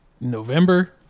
November